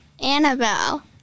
Annabelle